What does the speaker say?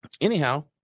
anyhow